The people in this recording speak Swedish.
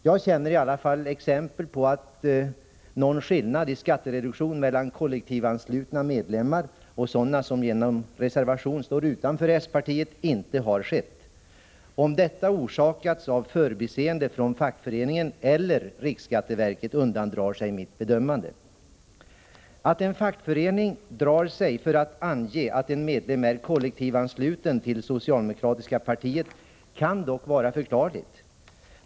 Jag känner i alla fall exempel på att skillnad i skattereduktion beträffande kollektivanslutna medlemmar och sådana som genom reservation står utanför det socialdemokratiska partiet inte har gjorts. Om detta beror på förbiseende av fackföreningen eller riksskatteverket undandrar sig mitt bedömande. Att en fackförening drar sig för att ange att en medlem är kollektivansluten till det socialdemokratiska partiet kan dock vara förklarligt.